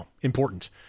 important